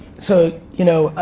so, you know,